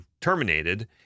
terminated